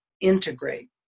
integrate